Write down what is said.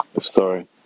story